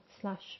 slash